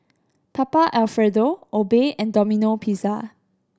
Papa Alfredo Obey and Domino Pizza